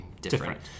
Different